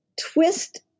twist